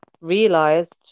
realized